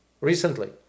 recently